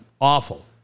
Awful